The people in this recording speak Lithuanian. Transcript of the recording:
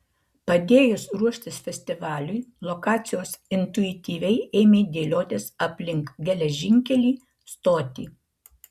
padėjus ruoštis festivaliui lokacijos intuityviai ėmė dėliotis aplink geležinkelį stotį